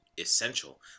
essential